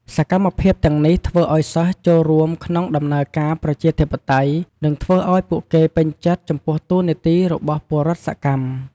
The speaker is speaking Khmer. សកម្មភាពទាំងនេះធ្វើឱ្យសិស្សចូលរួមក្នុងដំណើរការប្រជាធិបតេយ្យ និងធ្វើឱ្យពួកគេពេញចិត្តចំពោះតួនាទីរបស់ពលរដ្ឋសកម្ម។